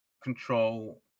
control